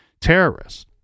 terrorists